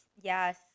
Yes